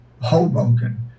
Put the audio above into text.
Hoboken